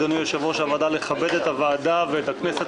אדוני יושב-ראש הוועדה לכבד את הוועדה ואת הכנסת